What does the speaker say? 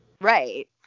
Right